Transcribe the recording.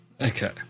Okay